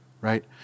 right